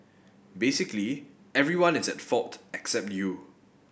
basically everyone is at fault except you